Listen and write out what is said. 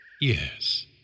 Yes